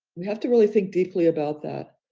we have to really think deeply about that.